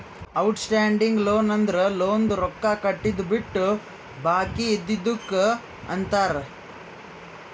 out standing loan ಅಂದುರ್ ಲೋನ್ದು ರೊಕ್ಕಾ ಕಟ್ಟಿದು ಬಿಟ್ಟು ಬಾಕಿ ಇದ್ದಿದುಕ್ ಅಂತಾರ್